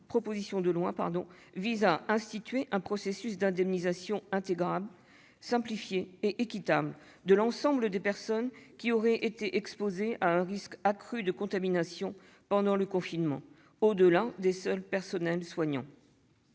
proposition de loi vise à instituer un processus d'indemnisation intégrale simplifié et équitable de l'ensemble des personnes qui auraient été exposées à un risque accru de contamination pendant le confinement, au-delà des seuls personnels soignants.